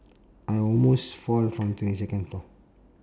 I almost fall from twenty second floor